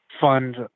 fund